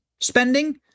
spending